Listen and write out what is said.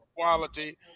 quality